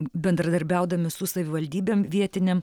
bendradarbiaudami su savivaldybėm vietinėm